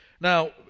Now